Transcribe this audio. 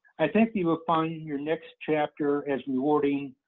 i think you will find and your next chapter as rewarding,